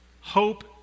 hope